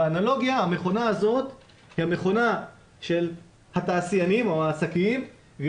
באנלוגיה המכונה הזאת היא המכונה של התעשיינים או העסקים והיא